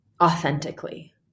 authentically